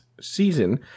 season